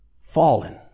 fallen